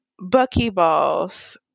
buckyballs